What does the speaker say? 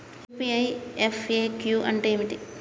UPI FAQ అంటే ఏమిటి?